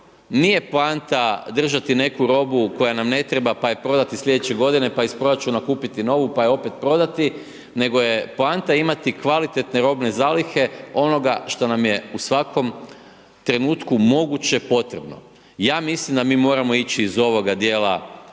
nije poanta držati neku robu koja nam ne treba, pa je prodati slijedeće godine, pa iz proračuna kupiti novu, pa je opet prodati, nego je poanta imati kvalitetne robne zalihe onoga što nam je u svakom trenutku moguće potrebno. Ja mislim da mi moramo ići iz ovoga dijela